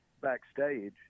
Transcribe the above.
backstage